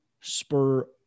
spur